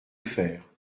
faire